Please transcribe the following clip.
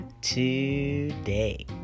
today